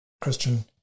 Christian